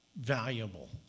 valuable